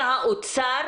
מהאוצר,